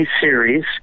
series